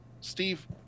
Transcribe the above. Steve